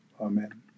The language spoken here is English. Amen